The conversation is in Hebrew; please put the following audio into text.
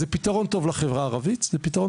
זה פתרון טוב לחברה הערבית וזה פתרון